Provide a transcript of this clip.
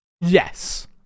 yes